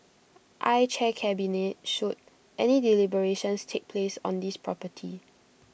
I chair cabinet should any deliberations take place on this property